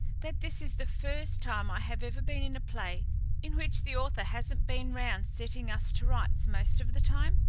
that this is the first time i have ever been in a play in which the author hasn't been round setting us to rights most of the time?